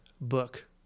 book